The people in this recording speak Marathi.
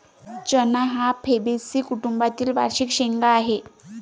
चणा हा फैबेसी कुटुंबातील वार्षिक शेंगा आहे